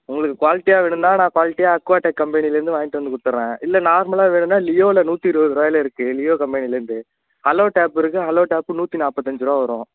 உங்களுக்கு குவாலிட்டியாக வேணும்னா நான் குவாலிட்டியாக அக்வாட்டக் கம்பெனிலிருந்து வாங்கிட்டு வந்து கொடுத்தட்றன் இல்ல நார்மலாக வேணும்னா லியோவில் நூற்றி இருபதுருவாயில இருக்குது லியோ கம்பெனிலேருந்து அளவு டேப் இருக்குது அளவு டேப்பு நூற்றி நாற்பத்தஞ்சிருவா வரும்